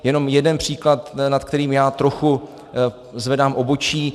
Jenom jeden příklad, nad kterým já trochu zvedám obočí.